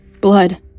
blood